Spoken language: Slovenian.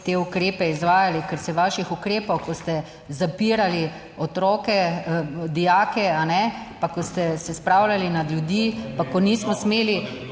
te ukrepe izvajali, ker se vaših ukrepov, ko ste zapirali otroke, dijake, pa ko ste se spravljali nad ljudi, pa ko nismo smeli